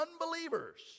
unbelievers